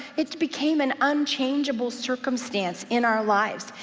it became an unchangeable circumstance in our lives,